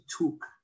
took